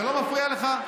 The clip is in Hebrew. זה לא מפריע לך?